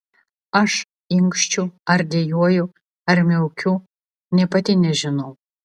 aš inkščiu ar dejuoju ar miaukiu nė pati nežinau